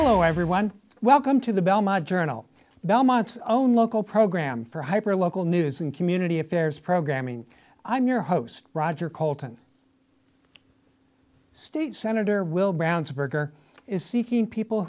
hello everyone welcome to the belmont journal belmont's own local program for hyper local news and community affairs programming i'm your host roger colton state sen will brownsburg or is seeking people